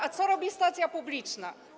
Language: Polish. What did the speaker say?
A co robi stacja publiczna?